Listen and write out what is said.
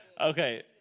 okay